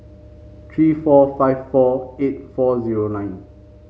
three four five four eight four zero nine